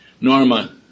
Norma